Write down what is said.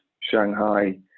Shanghai